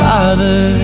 Father